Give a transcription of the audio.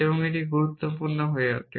এবং এটি গুরুত্বপূর্ণ হয়ে ওঠে